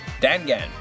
dangan